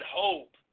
hope